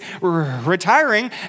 retiring